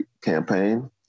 campaign